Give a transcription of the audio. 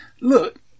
look